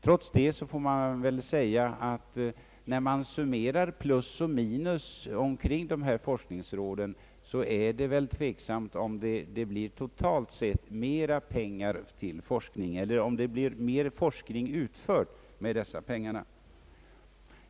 Trots detta får man väl säga, när man summerar plus och minus omkring dessa forskningsråd, att det är tveksamt om man totalt sett får mera pengar till forskning eller om det blir mera forskning utförd med dessa pengar.